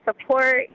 support